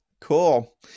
cool